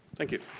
thank you.